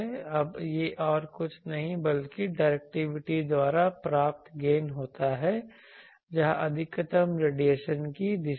अब यह और कुछ नहीं बल्कि डायरेक्टिविटी द्वारा प्राप्त गेन होता है जहां अधिकतम रेडिएशन की दिशा में